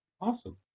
Awesome